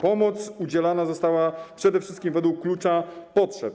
Pomoc udzielona została przede wszystkim według klucza potrzeb.